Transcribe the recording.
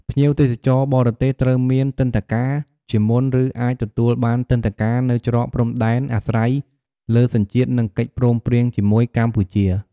ភ្ញៀវទេសចរបរទេសត្រូវមានទិដ្ឋាការជាមុនឬអាចទទួលបានទិដ្ឋាការនៅច្រកព្រំដែនអាស្រ័យលើសញ្ជាតិនិងកិច្ចព្រមព្រៀងជាមួយកម្ពុជា។